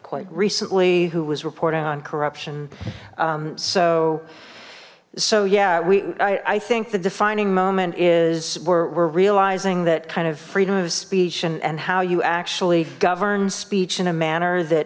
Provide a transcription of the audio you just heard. quite recently who was reporting on corruption so so yeah we i think the defining moment is we're realizing that kind of freedom of speech and and how you actually govern speech in a manner that